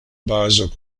bazo